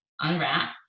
unwrap